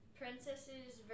princesses